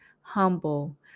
humble